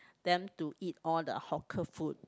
them to eat all the hawker food